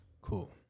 Cool